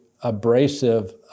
abrasive